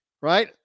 right